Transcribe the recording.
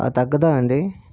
ఆ తగ్గదా అండి